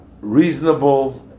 reasonable